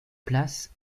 places